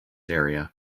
area